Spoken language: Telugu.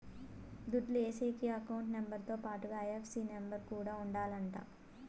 దుడ్లు ఏసేకి అకౌంట్ నెంబర్ తో పాటుగా ఐ.ఎఫ్.ఎస్.సి నెంబర్ కూడా ఉండాలంట